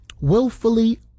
willfully